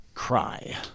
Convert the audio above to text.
Cry